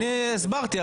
אני הסברתי,